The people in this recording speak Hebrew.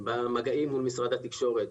במגעים מול משרד התקשורת.